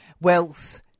wealth